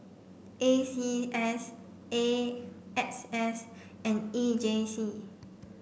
A C S A X S and E J C